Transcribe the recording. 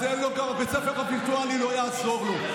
אז גם בית הספר הווירטואלי לא יעזור לו.